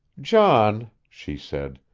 john, she said,